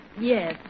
Yes